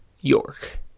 York